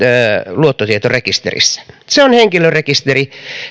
luottotietorekisterissä se on henkilörekisteri